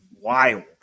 wild